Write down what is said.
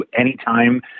anytime